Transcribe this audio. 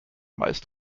meist